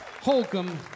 Holcomb